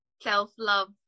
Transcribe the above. self-love